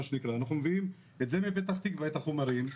אנחנו מביאים מפתח תקווה את החומרים,